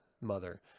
mother